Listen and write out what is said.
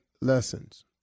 lessons